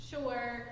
Sure